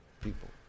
people